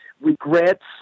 regrets